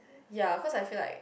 ya cause I feel like